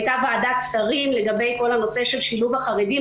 הייתה ועדת שרים לגבי הנושא של שילוב החרדים.